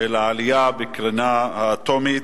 של העלייה בקרינה האטומית,